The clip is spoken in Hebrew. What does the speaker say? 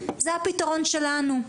זה הפתרון שלנו.